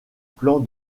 plan